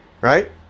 right